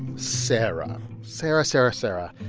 sarah. sarah, sarah, sarah.